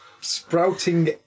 sprouting